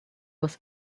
was